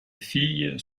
filles